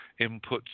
inputs